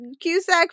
Cusack